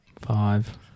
Five